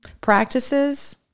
practices